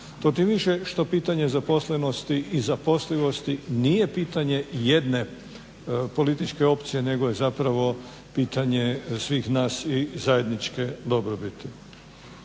To tim više što pitanje zaposlenosti i zaposlivosti nije pitanje jedne političke opcije nego je zapravo pitanje svih nas i zajedničke dobrobiti.